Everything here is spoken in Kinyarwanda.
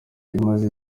imaze